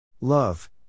Love